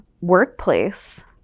workplace